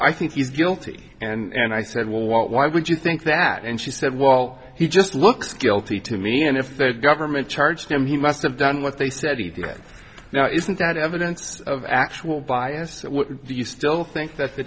i think you guilty and and i said well why would you think that and she said wall he just looks guilty to me and if the government charged him he must have done what they said he did now isn't that evidence of actual bias do you still think that the